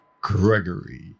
Gregory